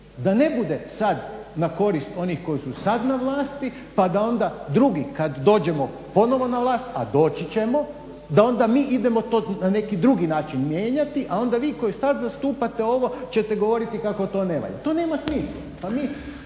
Da ne bude sad na korist onih koji su sad na vlasti pa da onda drugi kad dođemo ponovno na vlast, a doći ćemo, da onda mi idemo to na neki drugi način mijenjati, a onda vi koji sad zastupate ovo ćete govoriti kako to ne valja. To nema smisla.